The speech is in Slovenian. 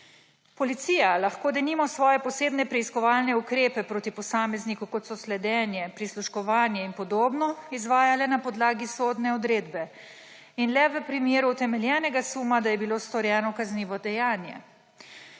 Policija lahko denimo svoje posebne preiskovalne ukrepe proti posamezniku, kot so sledenje, prisluškovanje in podobno, izvaja le na podlagi sodne odredbe in le v primeru utemeljenega suma, da je bilo storjeno kaznivo dejanje.